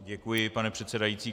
Děkuji, pane předsedající.